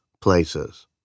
places